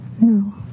No